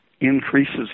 increases